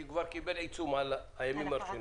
כי הוא כבר קיבלת עיצום על הימים הראשונים.